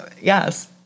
Yes